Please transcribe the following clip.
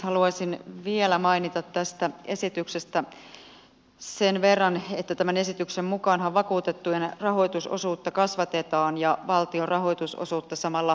haluaisin vielä mainita tästä esityksestä sen verran että tämän esityksen mukaanhan vakuutettujen rahoitusosuutta kasvatetaan ja valtion rahoitusosuutta samalla vähennetään